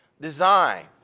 design